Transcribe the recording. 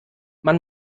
man